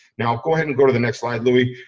now go ahead and go to the next slide louie,